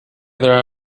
other